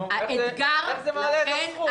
איך זה מעלה את הסכום?